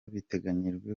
biteganyijwe